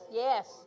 yes